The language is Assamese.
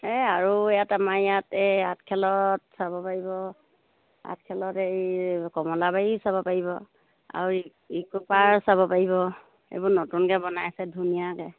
এই আৰু ইয়াত আমাৰ ইয়াত এই আঠখেলত চাব পাৰিব আঠখেলত এই কমলাবাৰীও চাব পাৰিব আৰু চাব পাৰিব এইবোৰ নতুনকৈ বনাই আছে ধুনীয়াকৈ